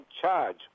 charge